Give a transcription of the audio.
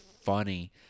funny